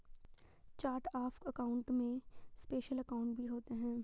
chart of account में special account भी होते हैं